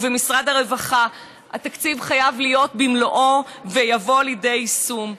ובמשרד הרווחה התקציב חייב להיות במלואו ולבוא לידי יישום.